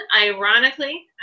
ironically